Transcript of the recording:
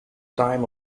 time